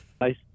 Nice